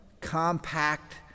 compact